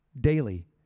daily